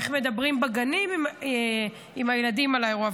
איך מדברים בגנים עם הילדים על האירוע.